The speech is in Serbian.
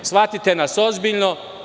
Shvatite nas ozbiljno.